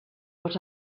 what